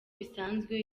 bisanzwe